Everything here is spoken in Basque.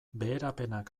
beherapenak